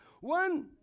one